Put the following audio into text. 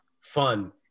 fun